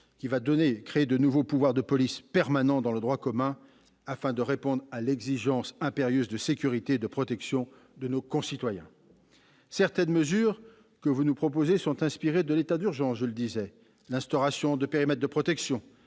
lequel va créer de nouveaux pouvoirs de police permanents dans le droit commun, afin de répondre à l'exigence impérieuse de sécurité et de protection de nos concitoyens. Certaines de ces dispositions sont inspirées de l'état d'urgence : l'instauration de périmètres de protection,